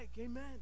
Amen